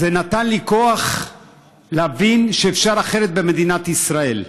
זה נתן לי כוח להבין שאפשר אחרת במדינת ישראל.